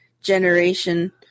generation